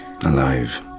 Alive